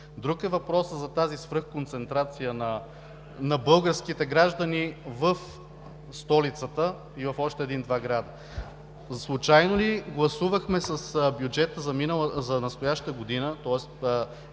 Друг е въпросът за тази свръхконцентрация на българските граждани в столицата и в още един-два града. Случайно ли гласувахме с бюджета за настоящата година, в